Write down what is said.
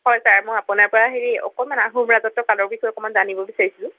হয় ছাৰ মই আপোনাৰ পা হেৰি অকণমান আহোম ৰাজত্ব কালৰ বিষয়ে জানিব বিচাৰিছিলোঁ